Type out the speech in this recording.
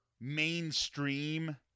mainstream